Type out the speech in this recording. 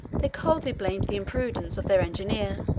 they coldly blamed the imprudence of their engineer